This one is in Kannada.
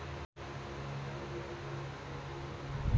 ಕಬ್ಬಿನ ಬೆಳೆ ತೆಗೆಯಲು ತುಂತುರು ನೇರಾವರಿ ಉಪಯೋಗ ಆಕ್ಕೆತ್ತಿ?